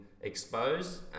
exposed